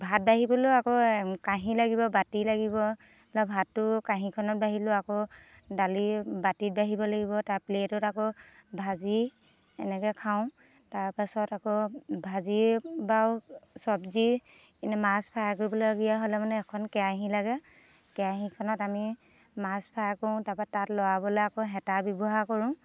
ভাত বাঢ়িবলৈ আকৌ কাঁহী লাগিব বাতি লাগিব ভাতটো কাঁহীখনত বাঢ়িলোঁ আকৌ দালি বাতিত বাঢ়িব লাগিব তাৰ প্লেটত আকৌ ভাজি এনেকৈ খাওঁ তাৰ পাছত আকৌ ভাজি বাৰু চব্জি এনেই মাছ ফ্ৰাই কৰিবলগীয়া হ'লে মানে এখন কেৰাহী লাগে কেৰাহীখনত আমি মাছ ফ্ৰাই কৰোঁ তাৰ পৰা তাক লৰাবলৈ আকৌ হেতা ব্যৱহাৰ কৰোঁ